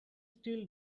still